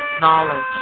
knowledge